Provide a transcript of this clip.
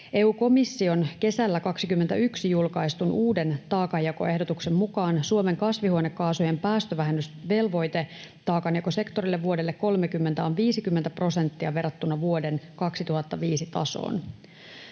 EU-komission kesällä 21 julkaistun uuden taakanjakoehdotuksen mukaan Suomen kasvihuonekaasujen päästövähennysvelvoite taakanjakosektorille vuodelle 30 on 50 prosenttia verrattuna vuoden 2005 tasoon.